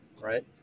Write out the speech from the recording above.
right